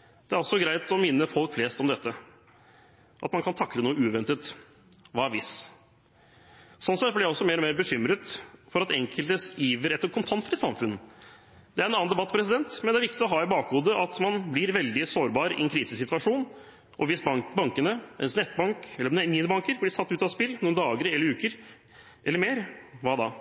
Det kan også være greit å minne folk flest om dette, at man kan takle noe uventet – hva hvis? Sånn sett blir jeg også mer og mer bekymret over enkeltes iver etter et kontantfritt samfunn. Det er en annen debatt, men det er viktig å ha i bakhodet at man blir veldig sårbar i en krisesituasjon, og hvis bankene, ens nettbank eller minibanker blir satt ut av spill i noen dager eller uker eller mer – hva da?